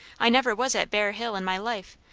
i never was at bear hill in my life,